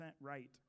right